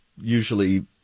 usually